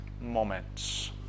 moments